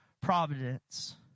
providence